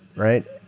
right?